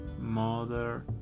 mother